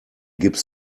gips